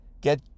Get